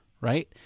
right